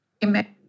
Imagine